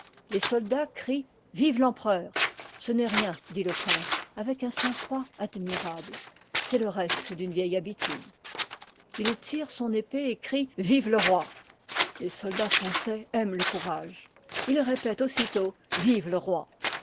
les soldats crient pwe rempereur ce n'est rien dit le prince avec un sang-froid admirable c'est le reste d'une vieille habitude il tire son épée et crie pwe le roi les soldats français aiment le courage ils répètent aussitôt vive le roi